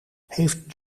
heeft